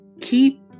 Keep